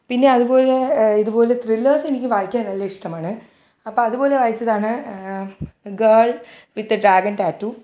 പിന്നെ അതുപോലെ ഇതുപോലെ ത്രില്ലേഴ്സെനിക്ക് വായിക്കാൻ നല്ലിഷ്ടമാണ് അപ്പോൾ അതുപോലെ വായിച്ചതാണ് girl with a dragon tattoo